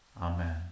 Amen